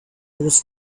was